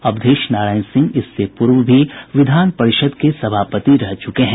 अवधेश नारायण सिंह इससे पूर्व भी विधान परिषद के सभापति रह चुके हैं